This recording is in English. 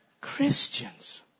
Christians